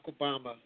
Obama